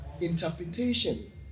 interpretation